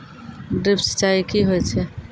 Drip सिंचाई कि होय छै?